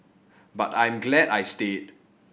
but I'm glad I stayed